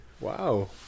Wow